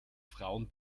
frauen